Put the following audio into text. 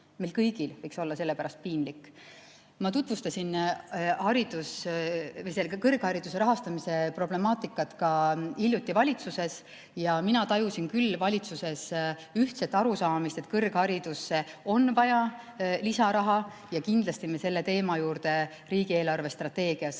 Meil kõigil võiks olla selle pärast piinlik. Ma tutvustasin kõrghariduse rahastamise problemaatikat ka hiljuti valitsuses ja mina tajusin küll valitsuses ühtset arusaamist, et kõrgharidusse on vaja lisaraha, ja kindlasti me selle teema juurde riigi eelarvestrateegias